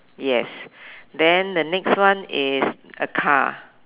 yes then the next one is a car